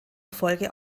erfolge